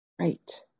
Right